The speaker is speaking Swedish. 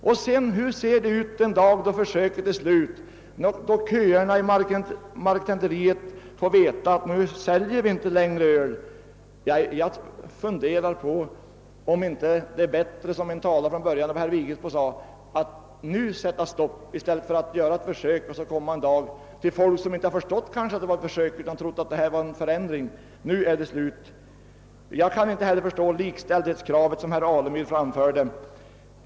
Och hur ser det ut den dag då försöket är slut och köerna på marketenteriet får veta att nu säljs inte längre öl? Jag undrar om det inte är bättre — som herr Vigelsbo sade — att nu sätta stopp i stället för att göra ett försök och sedan en dag komma till folk, som kanske inte har förstått att det rörde sig om ett försök utan trott att det var en förändring, och säga: Nu är det slut. Jag kan inte heller förstå likställighetskravet, som herr Alemyr framförde.